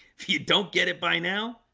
if you don't get it by now,